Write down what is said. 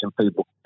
people